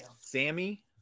Sammy